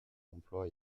emplois